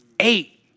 Eight